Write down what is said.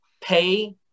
pay